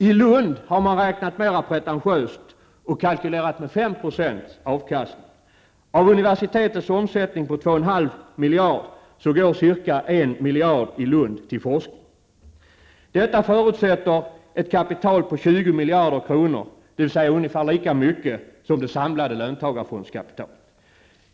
I Lund har man räknat mera pretentiöst och kalkylerat med 5 % avkastning. Av universitetets omsättning på 2,5 miljarder går ca 1 miljard i Lund till forskning. Detta förutsätter ett kapital på 20 miljarder kronor, dvs. ungefär lika mycket som det samlade löntagarfondskapitalet.